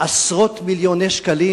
עשרות מיליוני שקלים.